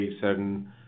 certain